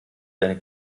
deine